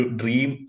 dream